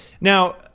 Now